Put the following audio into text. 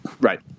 Right